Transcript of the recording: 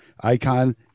icon